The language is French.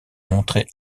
montrés